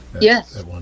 yes